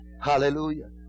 Hallelujah